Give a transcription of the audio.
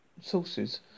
sources